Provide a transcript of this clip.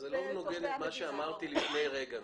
זה לא נוגד את מה שאמרתי לפני רגע.